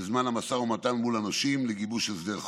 בזמן המשא ומתן מול הנושים לגיבוש הסדר חוב.